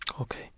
Okay